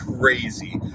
crazy